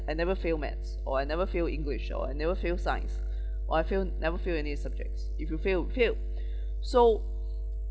I never fail maths or I never fail english or I never fail science or I fail never fail any subjects if you fail you failed so